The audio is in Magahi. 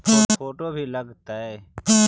फोटो भी लग तै?